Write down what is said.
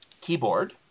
keyboard